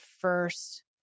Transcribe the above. first